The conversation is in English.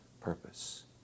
purpose